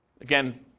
Again